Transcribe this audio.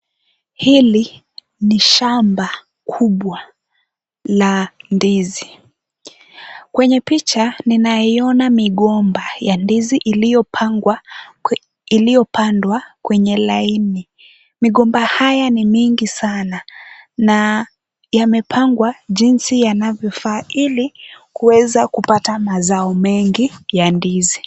Hili ni shamba kubwa la ndizi. Kwenye picha ninaiona migomba ya ndizi iliyopangwa, iliyopandwa kwenye laini . Migomba haya ni mingi sana na yamepangwa jinsi yanavyofaa ili kuweza kupata mazao mengi ya ndizi.